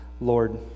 Lord